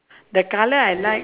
the colour I like